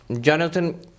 Jonathan